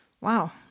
Wow